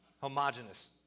Homogeneous